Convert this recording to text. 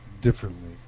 differently